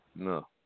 No